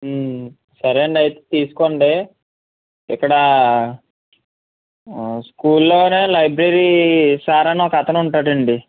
సరే అండి అయితే తీసుకోండి ఇక్కడా స్కూల్లోనే లైబ్రరీ సార్ అని ఒక అతను ఉంటాడండి